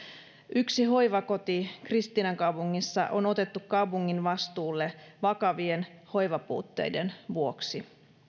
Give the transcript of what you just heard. yksi hoivakoti kristiinankaupungissa on otettu kaupungin vastuulle vakavien hoivapuutteiden vuoksi valviran